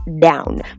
down